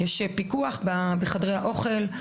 יש פיקוח בחדרי האוכל,